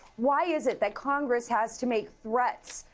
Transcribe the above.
why is it that congress has to make threats,